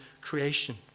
creation